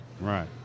Right